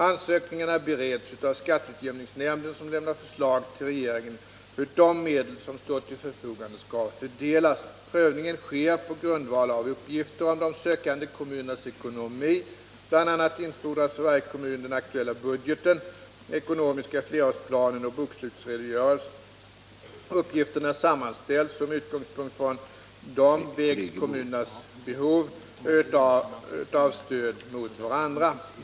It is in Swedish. Ansökningarna bereds av skatteutjämningsnämnden, som lämnar förslag till regeringen, hur de medel som står till förfogande skall fördelas. Prövningen sker på grundval av uppgifter om de sökande kommunernas ekonomi. Bl. a. infordras för varje kommun den aktuella budgeten, ekonomiska flerårsplanen och bokslutsredogörelsen. Uppgifterna sammanställs, och med utgångspunkt från dessa vägs kommunernas behov av stöd mot varandra.